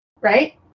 right